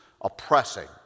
oppressing